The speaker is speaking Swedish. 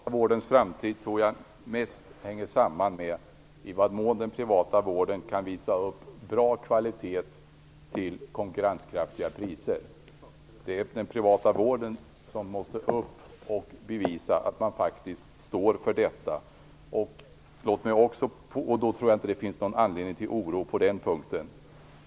Herr talman! Jag tror att den privata vårdens framtid mest hänger samman med i vad mån den privata vården kan visa upp bra kvalitet till konkurrenskraftiga priser. Det är den privata vården som måste bevisa att den faktiskt står för detta. Då tror jag inte att det finns någon anledning till oro på den punkten.